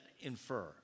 infer